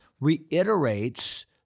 reiterates